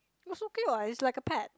it's okay what it's like a pet